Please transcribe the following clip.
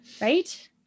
right